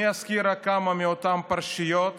אני אזכיר רק כמה מאותן פרשיות.